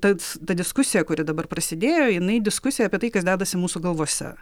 tad ta diskusija kuri dabar prasidėjo jinai diskusija apie tai kas dedasi mūsų galvose